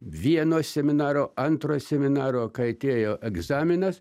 vieno seminaro antro seminaro kai atėjo egzaminas